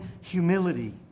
humility